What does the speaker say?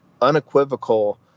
unequivocal